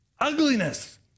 ugliness